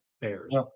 Bears